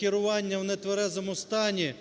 керування в нетверезому стані,